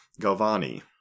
Galvani